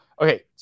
Okay